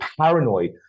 paranoid